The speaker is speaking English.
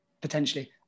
potentially